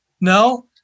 No